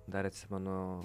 dar atsimenu